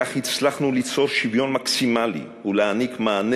ובכך הצלחנו ליצור שוויון מקסימלי ולהעניק מענה